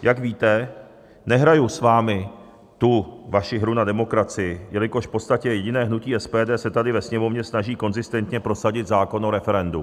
Jak víte, nehraji s vámi tu vaši hru na demokracii, jelikož v podstatě jediné hnutí SPD se tady ve Sněmovně snaží konzistentně prosadit zákon o referendu.